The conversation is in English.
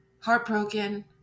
heartbroken